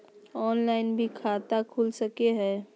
Online भी खाता खूल सके हय?